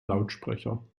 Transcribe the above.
lautsprecher